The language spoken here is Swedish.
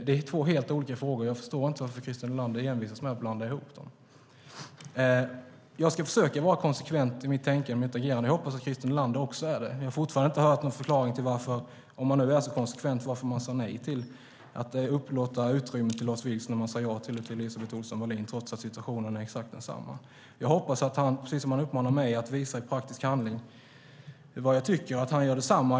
Det är två helt olika frågor, och jag förstår inte varför Christer Nylander envisas med att blanda ihop dem. Jag ska försöka vara konsekvent i mitt tänkande och agerande, och jag hoppas att Christer Nylander också är det. Jag har fortfarande inte hört någon förklaring till varför man sade nej till att upplåta utrymme till Lars Vilks när man sade ja till Elisabeth Ohlson Wallin trots att situationen är exakt densamma. Christer Nylander uppmanar mig att visa i praktisk handling vad jag tycker, och jag hoppas att han gör detsamma.